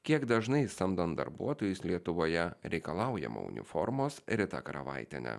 kiek dažnai samdant darbuotojus lietuvoje reikalaujama uniformos rita karavaitienė